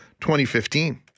2015